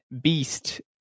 beast